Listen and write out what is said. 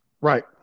Right